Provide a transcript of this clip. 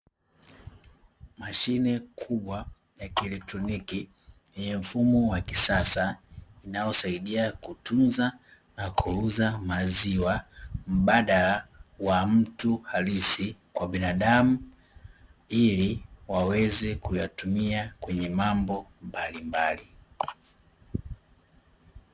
Mashine kubwa ya kielektroniki yenye mfumo wa kisasa inayosaidia kutunza na kuuza maziwa mbadala wa mtu halisi kwa binadamu ili waweze kuyatumia kwa mambo mbalimbali